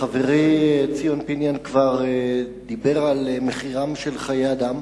חברי ציון פיניאן דיבר כבר על מחירים של חיי אדם.